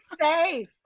safe